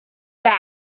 back